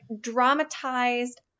dramatized